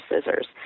scissors